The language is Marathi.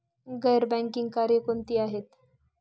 गैर बँकिंग कार्य कोणती आहेत?